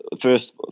first